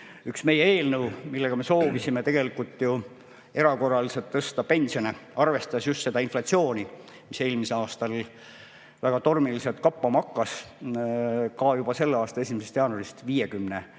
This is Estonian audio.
Ühe meie eelnõuga me soovisime tegelikult ju erakorraliselt tõsta pensione – arvestades just seda inflatsiooni, mis eelmisel aastal väga tormiliselt kappama hakkas – juba selle aasta 1. jaanuarist 50 euro